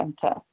center